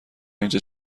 اینجا